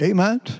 Amen